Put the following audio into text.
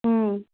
ꯎꯝ